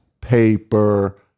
paper